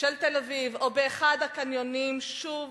או באחד הקניונים, שוב